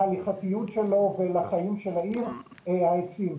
להליכתיות שלו, ולחיים של העיר העצים.